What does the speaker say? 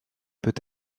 peut